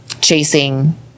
chasing